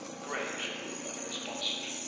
grave and responsive.